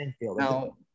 now